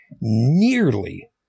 nearly